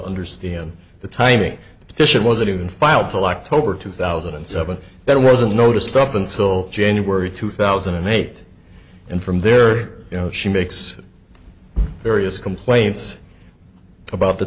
understand the timing petition wasn't even filed to like tobar two thousand and seven that wasn't noticed up until january two thousand and eight and from there you know she makes various complaints about the